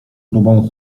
grubą